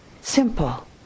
simple